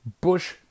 Bush